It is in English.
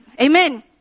Amen